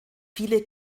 viele